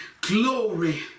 glory